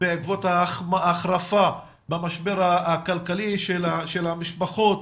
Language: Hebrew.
בעקבות ההחרפה במשבר הכלכלי של המשפחות,